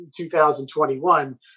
2021